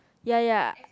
ya ya